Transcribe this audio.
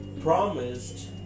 promised